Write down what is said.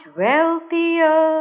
wealthier